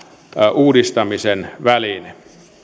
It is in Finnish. uudistamisen väline